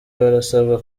barasabwa